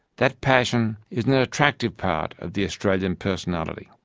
that passion is an attractive part of the australian personality.